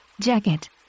jacket